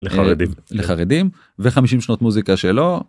לחרדים, לחרדים, ו-50 שנות מוזיקה שלו.